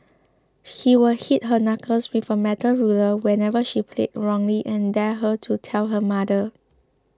he would hit her knuckles with a metal ruler whenever she played wrongly and dared her to tell her mother